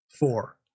four